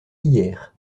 hier